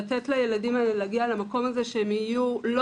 לתת לילדים האלה להגיע למקום הזה שהם יהיו לא